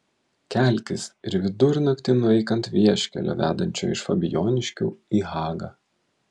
kelkis ir vidurnaktį nueik ant vieškelio vedančio iš fabijoniškių į hagą